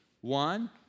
one